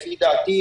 לפי דעתי,